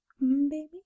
baby